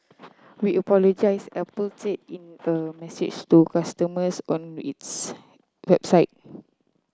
we apologise Apple said in the message to customers on its website